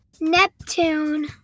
Neptune